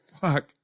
fuck